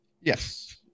Yes